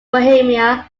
bohemia